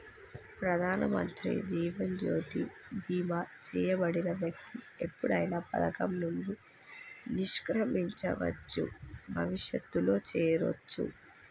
ప్రధానమంత్రి జీవన్ జ్యోతి బీమా చేయబడిన వ్యక్తి ఎప్పుడైనా పథకం నుండి నిష్క్రమించవచ్చు, భవిష్యత్తులో చేరొచ్చు